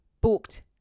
booked